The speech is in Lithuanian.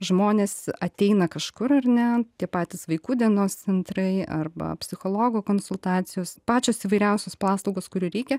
žmonės ateina kažkur ar ne tie patys vaikų dienos centrai arba psichologo konsultacijos pačios įvairiausios paslaugos kurių reikia